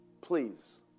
Please